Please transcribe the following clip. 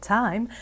time